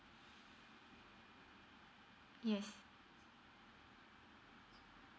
yes